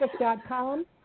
facebook.com